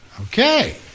Okay